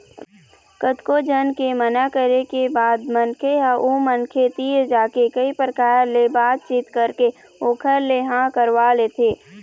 कतको झन के मना करे के बाद मनखे ह ओ मनखे तीर जाके कई परकार ले बात चीत करके ओखर ले हाँ करवा लेथे